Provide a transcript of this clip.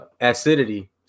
acidity